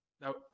Now